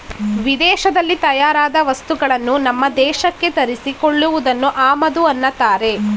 ವಿದೇಶದಲ್ಲಿ ತಯಾರಾದ ವಸ್ತುಗಳನ್ನು ನಮ್ಮ ದೇಶಕ್ಕೆ ತರಿಸಿ ಕೊಳ್ಳುವುದನ್ನು ಆಮದು ಅನ್ನತ್ತಾರೆ